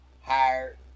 hired